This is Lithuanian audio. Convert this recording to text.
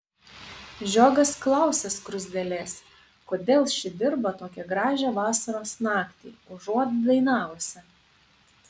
žiogas klausia skruzdėlės kodėl ši dirba tokią gražią vasaros naktį užuot dainavusi